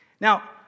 Now